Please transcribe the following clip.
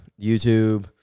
YouTube